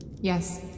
Yes